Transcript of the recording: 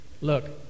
Look